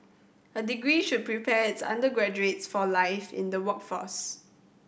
a degree should prepare its undergraduates for life in the workforce